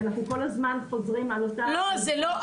כי אנחנו כל הזמן חוזרים על אותה --- לא זה לא,